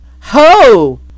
Ho